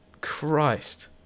Christ